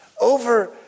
Over